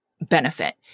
benefit